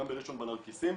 גם בראשון בנרקיסים,